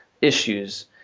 issues